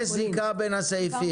יש זיקה בין הסעיפים.